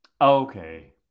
Okay